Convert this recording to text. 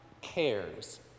cares